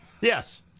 Yes